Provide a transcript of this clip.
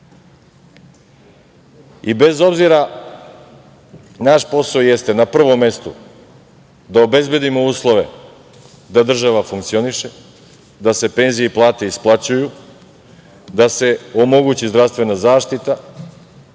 zna. Bez obzira, naš posao jeste na prvom mestu da obezbedimo uslove da država funkcioniše, da se penzije i plate isplaćuju, da se omogući zdravstvena zaštita,